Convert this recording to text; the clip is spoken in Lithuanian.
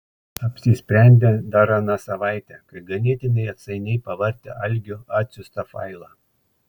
apsisprendė dar aną savaitę kai ganėtinai atsainiai pavartė algio atsiųstą failą